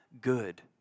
good